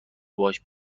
باهاش